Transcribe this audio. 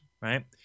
right